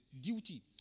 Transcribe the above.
Duty